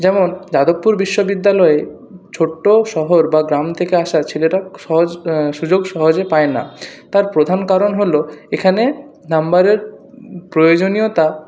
যেমন যাদবপুর বিশ্ববিদ্যালয়ে ছোট্টো শহর বা গ্রাম থেকে আসা ছেলেরা সহজ সুযোগ সহজে পায় না তার প্রধান কারণ হল এখানে নাম্বারের প্রয়োজনীয়তা